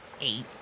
Eight